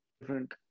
different